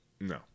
no